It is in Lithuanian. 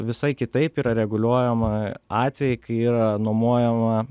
visai kitaip yra reguliuojama atvejai kai yra nuomojama